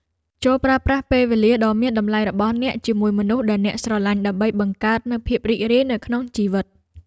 ចូរប្រើប្រាស់ពេលវេលាដ៏មានតម្លៃរបស់អ្នកជាមួយមនុស្សដែលអ្នកស្រឡាញ់ដើម្បីបង្កើតនូវភាពរីករាយនៅក្នុងជីវិត។